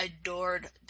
adored